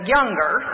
Younger